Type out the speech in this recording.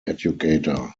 educator